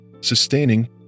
Sustaining